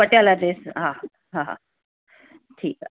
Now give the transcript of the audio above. Patiala dress हा हा हा ठीकु आहे